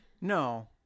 No